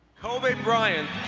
kobe bryant,